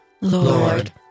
Lord